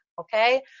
okay